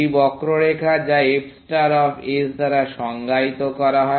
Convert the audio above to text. এটি বক্ররেখা যা f ষ্টার অফ s দ্বারা সংজ্ঞায়িত করা হয়